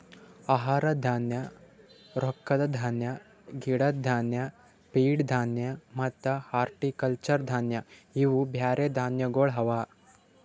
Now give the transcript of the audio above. ಆಹಾರ ಧಾನ್ಯ, ರೊಕ್ಕದ ಧಾನ್ಯ, ಗಿಡದ್ ಧಾನ್ಯ, ಫೀಡ್ ಧಾನ್ಯ ಮತ್ತ ಹಾರ್ಟಿಕಲ್ಚರ್ ಧಾನ್ಯ ಇವು ಬ್ಯಾರೆ ಧಾನ್ಯಗೊಳ್ ಅವಾ